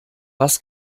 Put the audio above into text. was